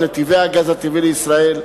נתיבי הגז הטבעי לישראל,